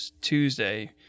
Tuesday